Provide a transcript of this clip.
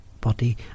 body